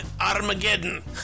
Armageddon